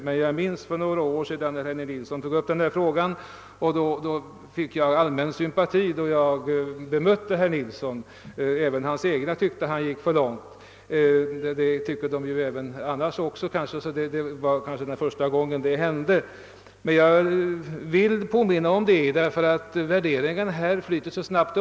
Men jag minns för något år sedan, när Henning Nilsson tog upp denna fråga, att jag vann allmän sympati då jag bemötte honom. Även hans egna tyckte att han gick för långt. Det tycker de kanske även nu, så att det var kanske inte enda gången det händer. Jag har emellertid velat påminna om det, därför att värderingarna ändras så snabbt.